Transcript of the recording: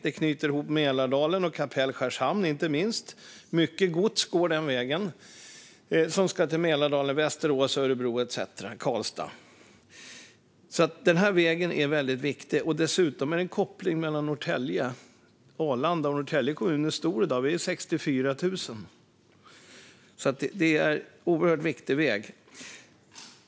Den knyter inte minst ihop Mälardalen och Kapellskärs hamn, och mycket gods som ska till Mälardalen, Västerås, Örebro, Karlstad etcetera går den vägen. Den här vägen är alltså väldigt viktig, och dessutom är den en koppling mellan Norrtälje och Arlanda. Norrtälje kommun är stor i dag; vi är 64 000. Det är alltså en oerhört viktig väg.